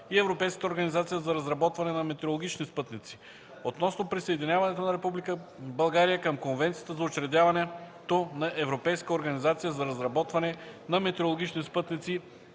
и Европейската организация за разработване на метеорологични спътници (EUMETSAT) относно присъединяването на Република България към Конвенцията за учредяването на Европейска организация за разработване на метеорологични спътници